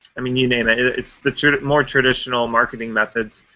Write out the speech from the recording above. i mean, you name it. it's the more traditional marketing methods.